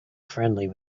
friendly